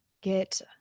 get